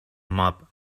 mob